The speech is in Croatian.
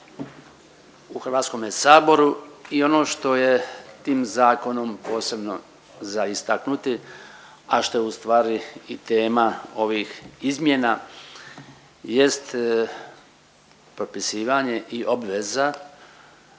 u HS-u i ono što je tim zakonom posebno za istaknuti, a što je ustvari i tema ovih izmjena jest propisivanje i obveza